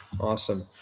Awesome